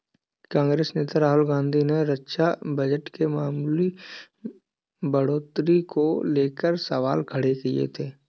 कांग्रेस नेता राहुल गांधी ने रक्षा बजट में मामूली बढ़ोतरी को लेकर सवाल खड़े किए थे